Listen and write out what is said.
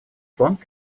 фонд